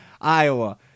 Iowa